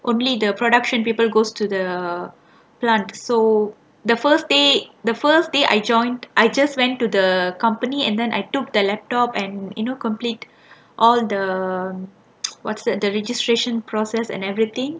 only the production people goes to the plant so the first day the first day I joined I just went to the company and then I took the laptop and you know complete all the what's that the registration process and everything